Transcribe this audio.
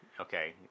Okay